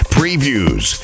Previews